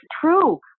true